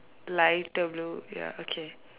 lighter blue ya okay